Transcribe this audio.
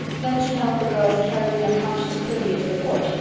then she helped the girls carry the unconscious prillie into the porch,